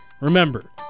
Remember